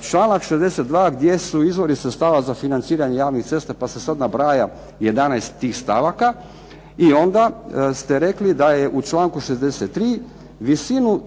članak 62. gdje su izvori sredstava za financiranje javnih cesta pa se sada nabraja 11 tih stavaka, i onda ste rekli da je u članku 63. visinu